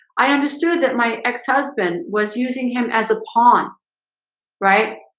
i understood that my ex-husband was using him as a pawn right.